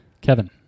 Kevin